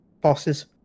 bosses